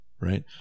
right